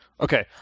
Okay